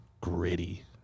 gritty